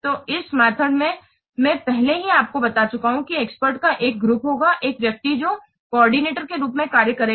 तो इस मेथड में मैं पहले ही आपको बता चुका हूँ कि एक्सपर्ट का एक ग्रुप होगा एक व्यक्ति जो कोऑर्डिनेटर के रूप में कार्य करेगा